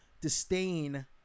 disdain